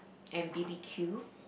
and B_B_Q